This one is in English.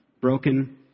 broken